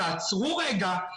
תעצרו רגע,